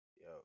Yo